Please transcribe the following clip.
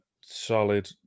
solid